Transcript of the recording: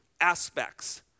aspects